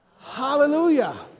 Hallelujah